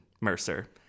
Mercer